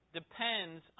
depends